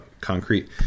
concrete